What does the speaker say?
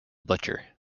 butcher